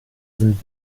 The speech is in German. sind